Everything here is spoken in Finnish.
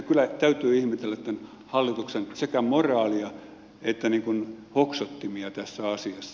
kyllä täytyy ihmetellä tämän hallituksen sekä moraalia että hoksottimia tässä asiassa